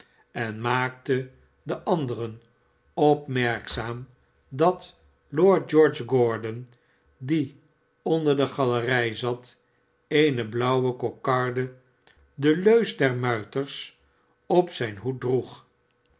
en maakte de anderen opmerkzaam dat lord george gordon die onder de galerij zat eene blauwe kokarde de leus der muiters op zijn hoed droeg